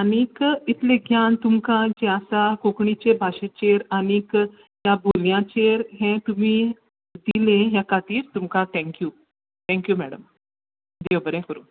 आनीक इतली ज्ञान तुमकां जें आसा कोंकणीचे भाशेचेर आनीक त्या बोलयांचेर हें तुमी दिली त्या खातीर तुमकां थँक्यू थँक्यू मॅडम देव बरें करूं